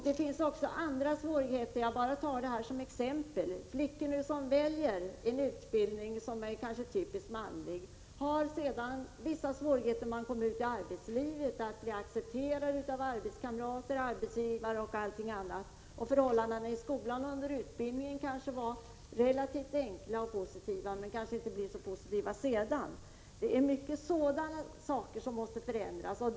Det finns också andra svårigheter — jag nämner detta bara som ett exempel: Flickor som väljer en utbildning som är typiskt manlig har sedan, när de kommer ut i arbetslivet, vissa svårigheter att bli accepterade av arbetskamrater, arbetsgivare, osv. Förhållandena under utbildningen i skolan var kanske relativt enkla och positiva, men förhållandena sedan blir kanske inte så positiva. Sådana saker måste förändras.